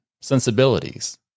sensibilities